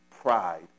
pride